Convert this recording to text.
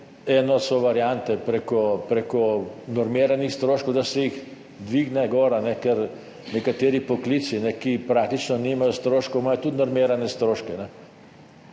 Eno so variante prek normiranih stroškov, da se jih dvigne, ker imajo nekateri poklici, ki praktično nimajo stroškov, tudi normirane stroške,